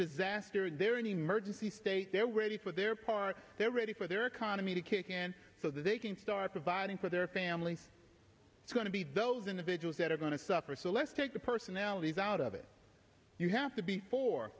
disaster and they're in emergency state they're ready for their part they're ready for their economy to kick in so they can start providing for their families it's going to be those individuals that are going to suffer so let's take the personalities out of it you have to be for